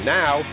now